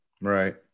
Right